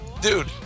Dude